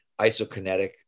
isokinetic